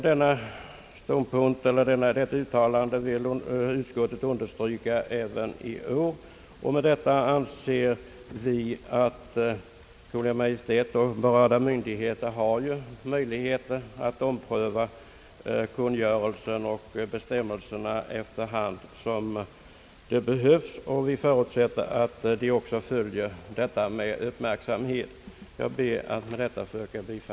Detta uttalande vill utskottet understryka även i år. Med detta anser vi att Kungl. Maj:t och berörda myndigheter har möjligheter att ompröva kungörelsen och bestämmelserna efter hand som det behövs, och vi förutsätter att de också följer frågan med uppmärksamhet. Herr talman! Jag ber att få yrka bifall till utskottets förslag.